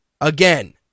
Again